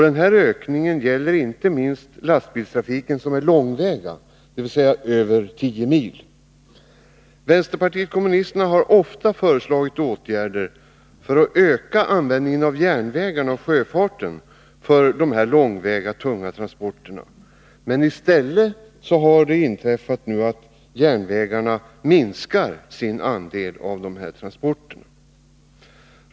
Denna ökning gäller inte minst den lastbilstrafik som är långväga, dvs. över 10 mil. Vänsterpartiet kommunisterna har ofta föreslagit åtgärder för att öka användningen av järnvägarna och sjöfarten för de långväga tunga transporterna. Men i stället har det nu inträffat att järnvägarna har minskat sin andel av dessa transporter.